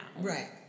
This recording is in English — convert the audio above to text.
Right